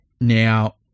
Now